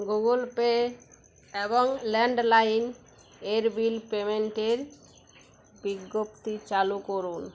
Google pay এবং landline এর bill পেমেন্টের বিজ্ঞপ্তি চালু করুন